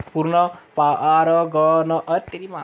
पूर्ण परागकण झाडाला सुपिकता देते आणि फळे वाढवते